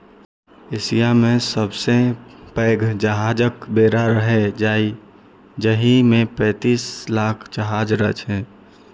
Asia मे सबसं पैघ जहाजक बेड़ा रहै, जाहि मे पैंतीस लाख जहाज रहै